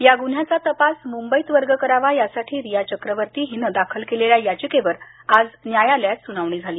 या गुन्ह्याचा तपास मुंबईत वर्ग करावा यासाठी रिया चर्कवर्ती हीनं दाखल केलेल्या याचिकेवर आज न्यायालयात सुनावणी झाली